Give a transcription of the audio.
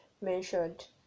mentioned